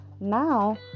now